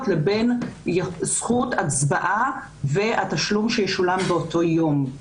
לבין זכות הצבעה והתשלום שישולם באותו יום.